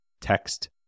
text